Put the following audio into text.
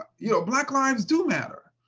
you know black lives do matter.